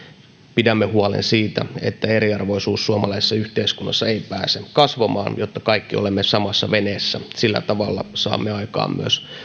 pidämme huolen siitä että eriarvoisuus suomalaisessa yhteiskunnassa ei pääse kasvamaan jotta kaikki olemme samassa veneessä sillä tavalla saamme aikaan myös